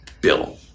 bill